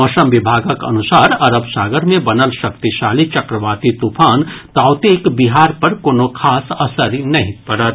मौसम विभागक अनुसार अरब सागर मे बनल शक्तिशाली चक्रवाती तूफान ताउतेक बिहार पर कोनो खास असरि नहि पड़त